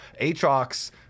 Aatrox